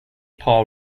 paul